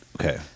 Okay